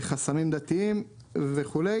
חסמים דתיים וכו'.